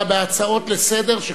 אלא בהצעות לסדר-היום,